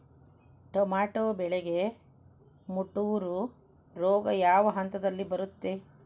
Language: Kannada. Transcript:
ಟೊಮ್ಯಾಟೋ ಬೆಳೆಗೆ ಮುಟೂರು ರೋಗ ಯಾವ ಹಂತದಲ್ಲಿ ಬರುತ್ತೆ?